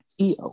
EO